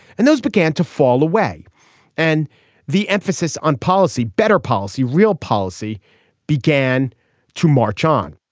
and those began to fall away and the emphasis on policy better policy real policy began to march on.